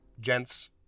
Gents